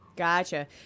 Gotcha